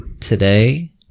Today